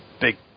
big